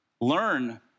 Learn